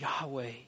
Yahweh